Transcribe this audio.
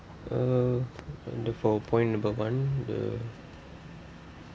uh on the power point about one the